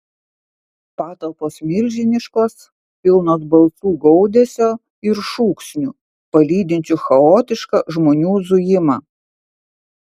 patalpos milžiniškos pilnos balsų gaudesio ir šūksnių palydinčių chaotišką žmonių zujimą